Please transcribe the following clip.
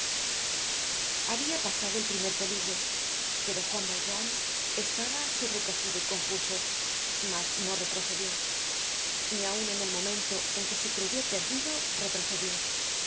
habia pasado el primer peligro pero juan valjean estaba sobrecogido y confuso mas no retrocedió ni aun en el momento en que se creyó perdido retrocedió